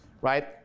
right